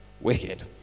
Wicked